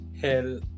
Hell